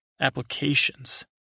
Applications